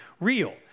real